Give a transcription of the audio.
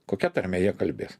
kokia tarme jie kalbės